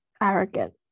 arrogant